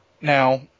Now